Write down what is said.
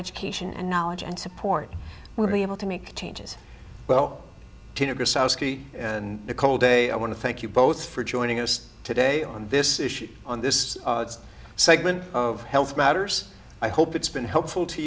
education and knowledge and support we'll be able to make changes well because de i want to thank you both for joining us today on this issue on this segment of health matters i hope it's been helpful to